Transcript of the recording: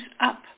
up